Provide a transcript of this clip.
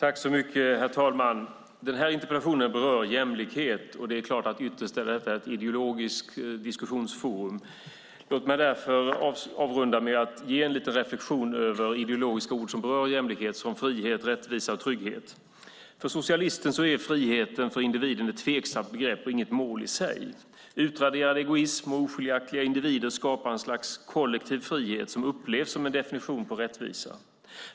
Herr talman! Denna interpellation berör jämlikhet, och ytterst är detta ett ideologiskt diskussionsforum. Låt mig därför avrunda med att ge en reflexion över ideologiska ord som berör jämlikhet, till exempel frihet, rättvisa och trygghet. För socialisten är friheten för individen ett tveksamt begrepp och inget mål i sig. Utraderad egoism och oskiljaktiga individer skapar ett slags kollektiv frihet som upplevs som en definition på rättvisa.